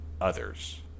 others